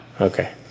Okay